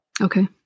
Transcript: Okay